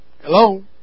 Hello